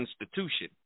institution